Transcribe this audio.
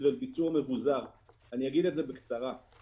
ולכן, גברתי היושבת-ראש, אני יודע שהכוח